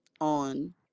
on